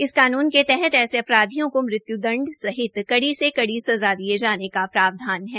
इस कानून के तहत ऐसे अपराधियों को मृत्य्दंड सहित कड़ी से कड़ी सज़ा दिये जाने का प्रावधान है